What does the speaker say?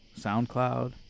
SoundCloud